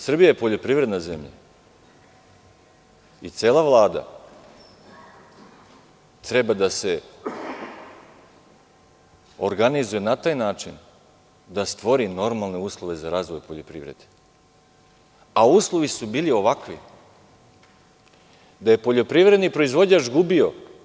Srbija je poljoprivredna zemlja i cela Vlada treba da se organizuje na taj način da stvori normalne uslove za razvoj poljoprivrede, a uslovi su bili ovakvi da je poljoprivredni proizvođač gubio.